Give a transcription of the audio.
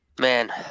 Man